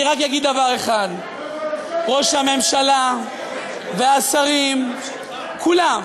אני רק אגיד דבר אחד: ראש הממשלה והשרים כולם,